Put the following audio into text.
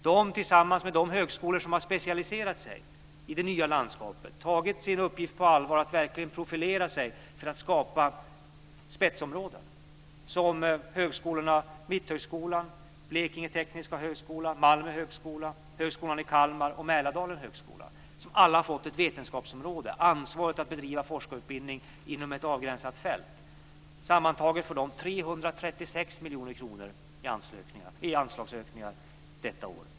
De har tillsammans med de högskolor som har specialiserat sig i det nya landskapet tagit sin uppgift på allvar att verkligen profilera sig för att skapa spetsområden, som högskolorna Mitthögskolan, Blekinge tekniska högskola, Malmö högskola, Högskolan i Kalmar och Mälardalens högskola, vilka alla har fått ett vetenskapsområde och ansvaret att bedriva forskarutbildning inom ett avgränsat fält. Sammantaget får de 336 miljoner kronor i anslagsökningar per år.